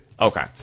Okay